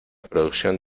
producción